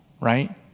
right